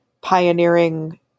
pioneering